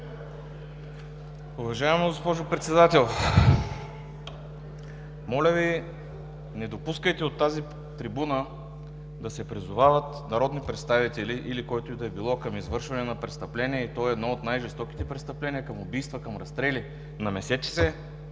Уважаема госпожо Председател, моля Ви не допускайте от тази трибуна да се призовават народни представители, или който и да било, към извършване на престъпление, и то едно от най-жестоките престъпления – към убийства, към разстрели. Намесете